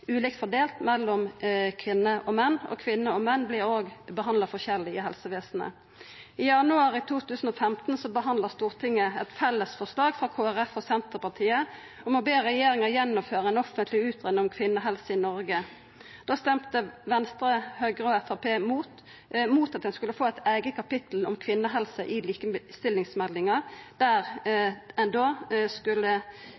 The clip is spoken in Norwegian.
ulikt fordelt mellom kvinner og menn – og kvinner og menn vert behandla forskjellig i helsevesenet. I februar 2015 behandla Stortinget eit felles forslag frå Kristeleg Folkeparti og Senterpartiet om å be regjeringa gjennomføra ei offentleg utgreiing om kvinnehelse i Noreg. Da stemte Venstre, Høgre og Framstegspartiet imot at ein skulle få eit eige kapittel om kvinnehelse i likestillingsmeldinga, der